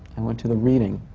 and went to the reading